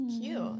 Cute